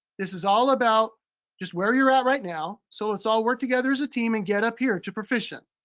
this is all about just where you are right now, so let's all work together as a team and get up here to proficient.